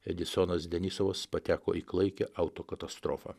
edisonas denisovas pateko į klaikią autokatastrofą